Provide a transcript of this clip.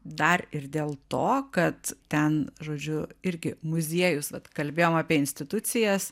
dar ir dėl to kad ten žodžiu irgi muziejus vat kalbėjom apie institucijas